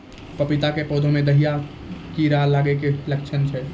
पपीता के पौधा मे दहिया कीड़ा लागे के की लक्छण छै?